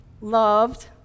loved